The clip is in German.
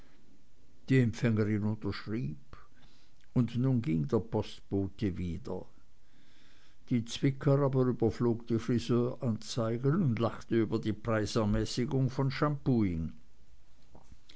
die empfängerin unterschrieb und nun ging der postbote wieder die zwicker aber überflog die friseuranzeigen und lachte über die preisermäßigung von